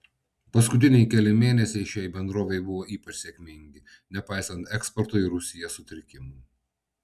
paskutiniai keli mėnesiai šiai bendrovei buvo ypač sėkmingi nepaisant eksporto į rusiją sutrikimų